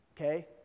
okay